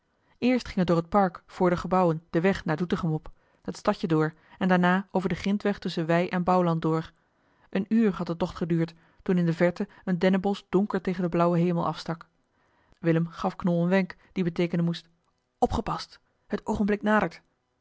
eerst ging het door het park vr de gebouwen den weg naar doetinchem op het stadje door en daarna over den grintweg tusschen wei en bouwland door een uur had de tocht geduurd toen in de verte een dennenbosch donker tegen den blauwen hemel afstak willem gaf knol een wenk die beteekenen moest opgepast het oogenblik nadert